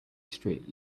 street